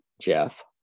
Jeff